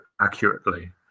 accurately